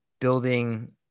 building